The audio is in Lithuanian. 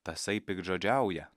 tasai piktžodžiauja